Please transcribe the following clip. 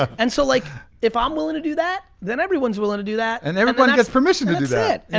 and so like if i'm willing to do that, then everyone's willing to do that. and everyone gets permission to do that. and